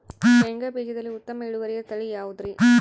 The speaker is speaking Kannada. ಶೇಂಗಾ ಬೇಜದಲ್ಲಿ ಉತ್ತಮ ಇಳುವರಿಯ ತಳಿ ಯಾವುದುರಿ?